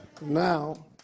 Now